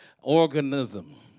organism